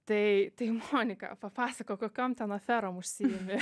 tai tai monika papasakok kokiom ten aferom užsiimi